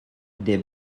des